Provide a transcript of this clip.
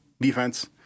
defense